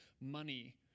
money